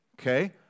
okay